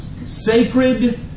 Sacred